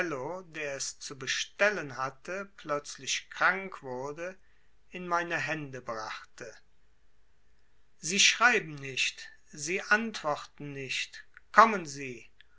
zu bestellen hatte plötzlich krank wurde in meine hände brachte sie schreiben nicht sie antworten nicht kommen sie